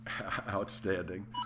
Outstanding